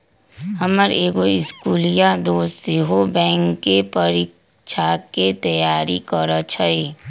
हमर एगो इस्कुलिया दोस सेहो बैंकेँ परीकछाके तैयारी करइ छइ